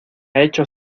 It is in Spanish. hecho